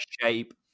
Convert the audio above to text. shape